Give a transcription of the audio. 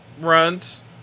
runs